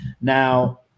Now